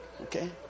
Okay